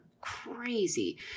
crazy